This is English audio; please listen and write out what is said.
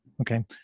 Okay